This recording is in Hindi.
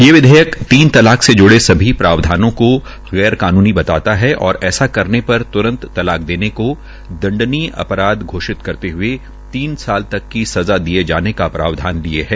ये विधेयक तीन तलाक से जुड़े सभी प्रावधानों को गैर कानूनी बताता है और ऐसा करने पर त्रंत तलाक देने को दंडनीय अपराध घोषित करते हुये तीन साल तक की सज़ा दिये जाने की प्रावधान लिये है